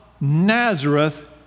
Nazareth